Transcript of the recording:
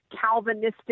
Calvinistic